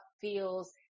feels